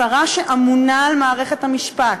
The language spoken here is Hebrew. השרה אמונה על מערכת המשפט.